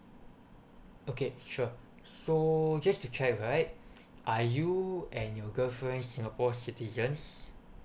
okay sure so just to check right are you and your girlfriend singapore citizens